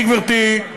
אני מבין, גברתי,